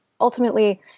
ultimately